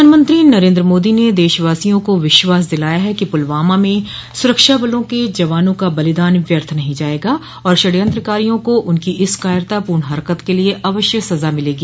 प्रधानमंत्रो नरेन्द्र मोदी ने देशवासियों को विश्वास दिलाया है कि पुलवामा में सुरक्षाबलों के जवानों का बलिदान व्यर्थ नहीं जायेगा और षड्यंत्रकारियों को उनकी इस कायरतापूर्ण हरकत के लिये अवश्य सजा मिलेगी